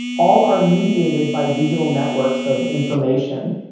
all are mediated by digital networks of information.